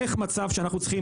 איך מצב שאנחנו צריכים,